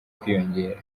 kwiyongera